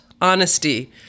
honesty